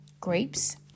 grapes